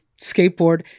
skateboard